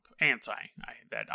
anti—that